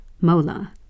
Mola